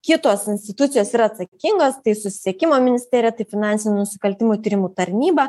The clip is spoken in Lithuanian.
kitos institucijos yra atsakingos tai susisiekimo ministerija tai finansinių nusikaltimų tyrimų tarnyba